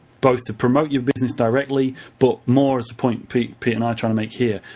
both to promote your business directly, but more as a point pete pete and i are trying to make here,